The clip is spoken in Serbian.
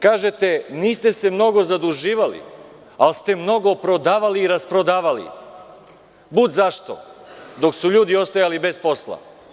Kažete, niste se mnogo zaduživali, ali ste mnogo prodavali i rasprodavali, bud zašto, dok su ljudi ostajali bez posla.